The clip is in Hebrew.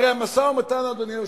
הרי המשא-ומתן, אדוני היושב-ראש,